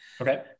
Okay